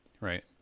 Right